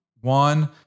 one